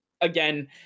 again